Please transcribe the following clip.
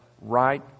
right